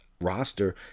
roster